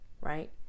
right